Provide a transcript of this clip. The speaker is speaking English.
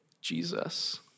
Jesus